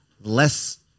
less